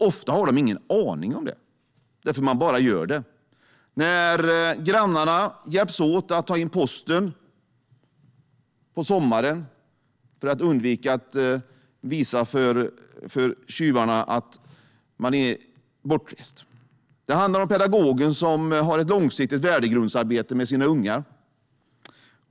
Ofta har de ingen aning om det, utan de bara gör det. Det handlar om grannarna som hjälps åt att ta in posten på sommaren för att undvika att visa för tjuvarna att man är bortrest. Det handlar om pedagogen som har ett långsiktigt värdegrundsarbete med sina ungar.